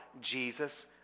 Jesus